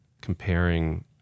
comparing